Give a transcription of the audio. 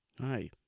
Hi